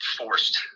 forced